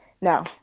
No